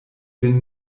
vin